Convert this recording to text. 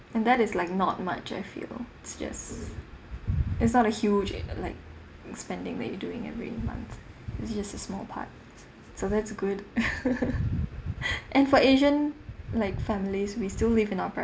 and that is like not much I feel it's just it's not a huge it like spending what you're doing every month it's just a small part so that's good and for asian like families we still live in our